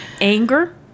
Anger